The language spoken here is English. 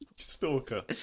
stalker